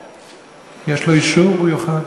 אם יש לו אישור הוא יוכל.